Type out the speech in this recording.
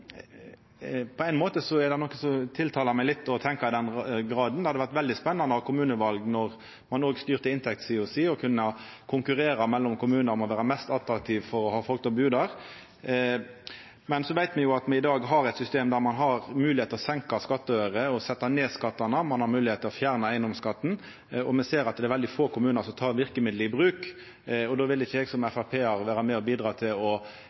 På ein måte er det noko som tiltalar meg litt ved å tenkja i den retninga. Det hadde vore veldig spennande å ha kommuneval når ein òg styrte inntektssida si og hadde kunna konkurrera med kommunar om å vera den mest attraktive for folk å bu i. Så veit me at me i dag har eit system der ein har moglegheit til å senka skattøyren og setja ned skattane, ein har moglegheit til å fjerna eigedomsskatten. Me ser at det er veldig få kommunar som tek verkemiddelet i bruk. Då vil ikkje eg som Framstegsparti-mann vera med på å bidra til å